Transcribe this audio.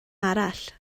arall